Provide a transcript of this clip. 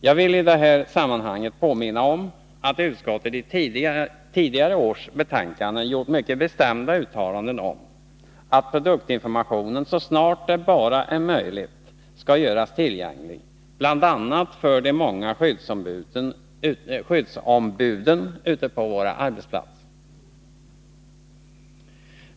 Jag vill i detta sammanhang påminna om att utskottet i tidigare års betänkanden gjort mycket bestämda uttalanden om att produktinformationen så snart det bara är möjligt skall göras tillgänglig, bl.a. för de många skyddsombuden ute på våra arbetsplatser.